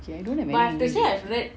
okay I don't have any